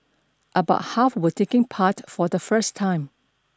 about half were taking part for the first time